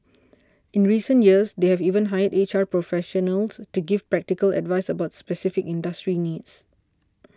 in recent years they have even hired H R professionals to give practical advice about specific industry needs